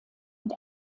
und